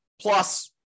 plus